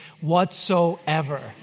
whatsoever